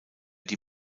die